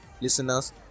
listeners